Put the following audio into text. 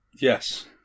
Yes